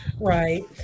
right